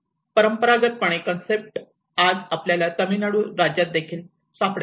परंपरागतपणे concept आज आपल्याला तमिळनाडू राज्यात देखील सापडेल